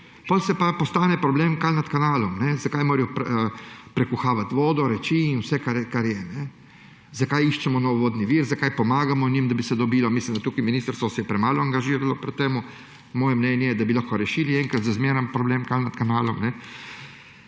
Potem pa postane problem Kal nad Kanalom, zakaj morajo prekuhavati vodo in vse, kar je, zakaj iščemo nov vodni vir, zakaj pomagamo njim, da bi se dobilo. Mislim, da se je tukaj ministrstvo premalo angažiralo pri tem. Moje mnenje je, da bi lahko rešili enkrat za zmeraj problem Kal nad Kanalom.